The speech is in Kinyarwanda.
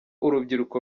urubyiruko